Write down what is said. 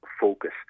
focus